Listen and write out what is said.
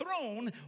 throne